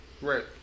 right